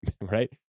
right